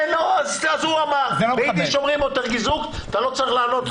אז הוא אמר, אתה לא צריך לענות לו.